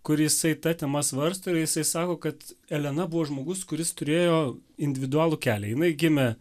kur jisai ta tema svarsto ir jisai sako kad elena buvo žmogus kuris turėjo individualų kelią jinai gimė